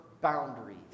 boundaries